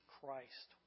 Christ